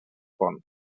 pont